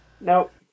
Nope